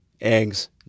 eggs